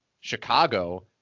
Chicago